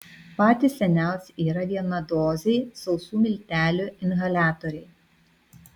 patys seniausi yra vienadoziai sausų miltelių inhaliatoriai